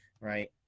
right